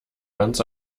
ganz